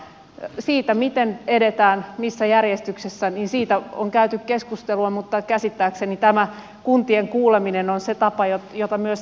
siitä miten edetään missä järjestyksessä on käyty keskustelua mutta käsittääkseni tämä kuntien kuuleminen on se tapa jota myös te olette tukeneet